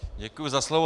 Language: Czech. Děkuji za slovo.